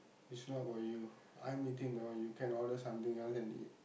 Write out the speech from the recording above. it's not about you I'm eating that one you can order something else and eat